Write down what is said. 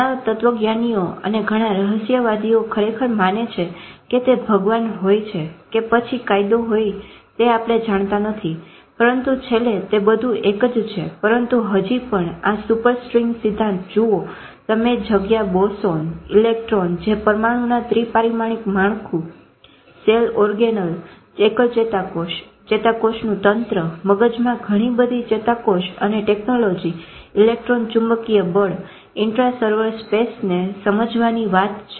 ઘણા તત્વજ્ઞાનીઓ અને ઘણા રહસ્યવાદીઓ ખરેખર માને છે કે તે ભગવાન હોય કે પછી કાયદો હોય તે આપણે જાણતા નથી પરંતુ છેલ્લે તે બધું એક જ છે પરંતુ હજી પણ આ સુપર સ્ટ્રીંગ સિદ્ધાંત જુઓ તમે જગ્યા બોસોન ઈલેક્ટ્રોન જે પરમાણુંના ત્રી પારિમાણિક માળખુ સેલ ઓર્ગનેલે એકલ ચેતાકોષ ચેતાકોષનું તંત્ર મગજમાં ઘણી બધી ચેતાકોષ અને ટેકનોલોજી ઈલેક્ટ્રોન ચુંબકીય બળ ઇન્ટ્રા સર્વર સ્પેસને સમજવાની વાત છે